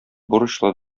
бурычлы